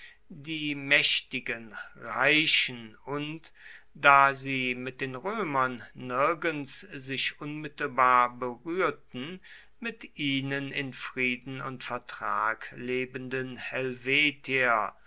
die mächtigen reichen und da sie mit den römern nirgends sich unmittelbar berührten mit ihnen in frieden und vertrag lebenden helvetier